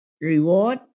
reward